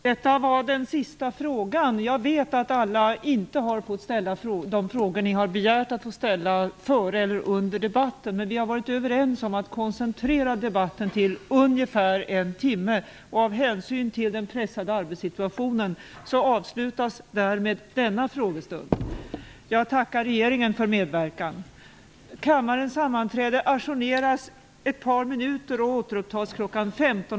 Detta var den sista frågan. Jag vet att inte alla har fått ställa de frågor de före eller under debatten begärt att få ställa, men vi har varit överens om att koncentrera debatten till ungefär en timme. Av hänsyn till den pressade arbetssituationen avslutas därmed denna frågestund. Jag tackar regeringen för dess medverkan.